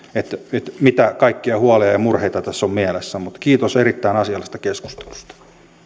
mitä kaikkia huolia ja ja murheita tässä on mielessä mutta kiitos erittäin asiallisesta keskustelusta